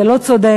זה לא צודק,